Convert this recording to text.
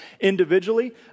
individually